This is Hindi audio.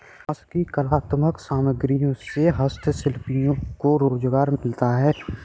बाँस की कलात्मक सामग्रियों से हस्तशिल्पियों को रोजगार मिलता है